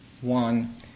one